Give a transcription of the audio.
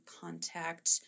contact